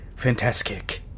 Fantastic